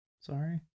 Sorry